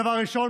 דבר ראשון,